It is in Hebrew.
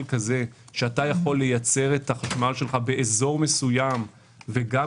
שאתה יכול לייצר את החשמל שלך באזור מסוים וגם